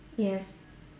yes